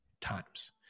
times